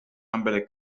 ambele